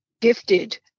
gifted